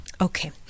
Okay